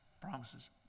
Promises